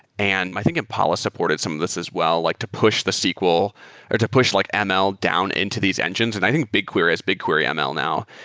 and i think impala supported some this as well, like to push the sql or to push like ah ml down into these engines. and i think bigquery as bigquery ah ml now.